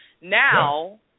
now